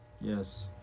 Yes